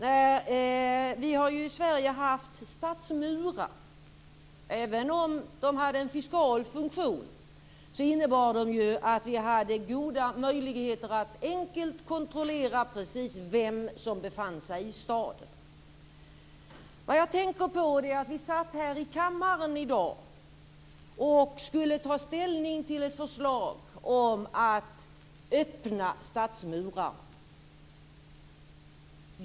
Vi har ju i Sverige haft stadsmurar. Även om de hade en fiskal funktion innebar de att vi hade goda möjligheter att enkelt kontrollera precis vem som befann sig i staden. Vad jag tänker på är hur det skulle vara om vi satt här i kammaren i dag och skulle ta ställning till ett förslag om att öppna stadsmurar.